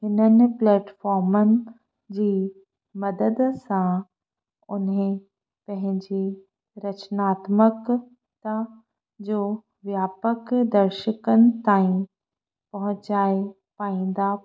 हिननि प्लैटफॉर्मनि जी मदद सां उन्हीअ पंहिंजे रचनात्मकता जो व्यापक दर्शकनि ताईं पहुंचाए पाईंदा